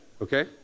okay